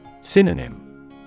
Synonym